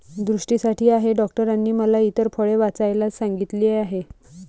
दृष्टीसाठी आहे डॉक्टरांनी मला इतर फळे वाचवायला सांगितले आहे